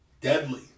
Deadly